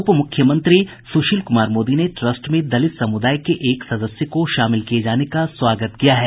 उप मुख्यमंत्री सुशील कुमार मोदी ने ट्रस्ट में दलित समुदाय के एक सदस्य को शामिल किये जाने का स्वागत किया है